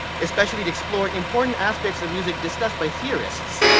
especially to explore important aspects of music discussed by theorists,